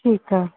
ਠੀਕ ਹੈ